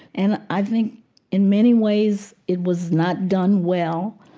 and i think in many ways it was not done well.